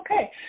Okay